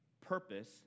purpose